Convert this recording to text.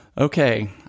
Okay